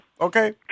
Okay